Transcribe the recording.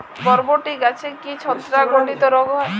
বরবটি গাছে কি ছত্রাক ঘটিত রোগ হয়?